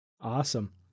Awesome